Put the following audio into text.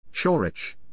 Chorich